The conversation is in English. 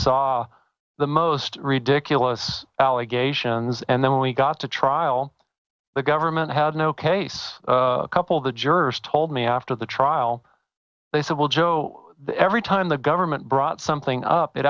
saw the most ridiculous allegations and then when we got to trial the government had no case a couple of the jurors told me after the trial they said well joe every time the government brought something up